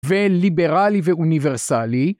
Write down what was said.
וליברלי ואוניברסלי.